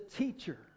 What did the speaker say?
teacher